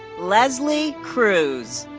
leslie cruz.